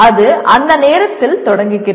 அது அந்த நேரத்தில் தொடங்குகிறது